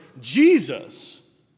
Jesus